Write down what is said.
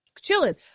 Chilling